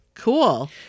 Cool